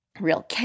real